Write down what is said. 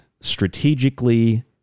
strategically